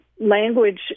language